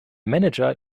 manager